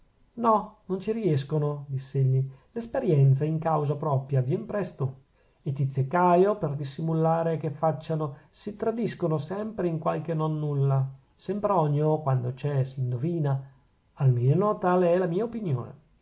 no non ci riescono diss'egli l'esperienza in causa propria vien presto e tizio e caio per dissimulare che facciano si tradiscono sempre in qualche nonnulla sempronio quando c'è s'indovina almeno tale è la mia opinione